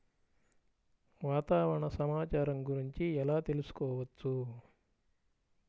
వాతావరణ సమాచారం గురించి ఎలా తెలుసుకోవచ్చు?